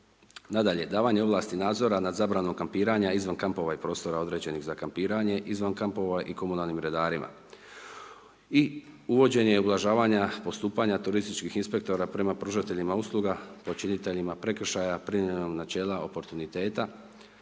Nadalje, davanje ovlasti nadzora nad zabranom kampiranja izvan kampova i prostora određenih za kampiranje izvan kampova i komunalnim redarima. I uvođenje uvažavanja postupanja turističkih inspektora prema pružateljima usluga, počiniteljima prekršaja primjenom načela oportuniteta,